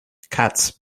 cats